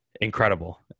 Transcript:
incredible